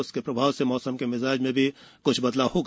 उसके प्रभाव से मौसम के मिजाज में क्छ बदलाव होगा